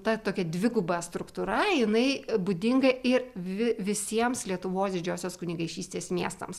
ta tokia dviguba struktūra jinai būdinga ir vi visiems lietuvos didžiosios kunigaikštystės miestams